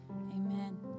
Amen